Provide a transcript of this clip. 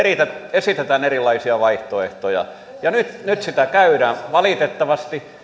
esitetään erilaisia vaihtoehtoja nyt nyt sitä käydään valitettavasti